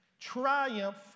Triumph